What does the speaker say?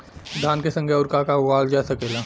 धान के संगे आऊर का का उगावल जा सकेला?